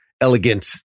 elegant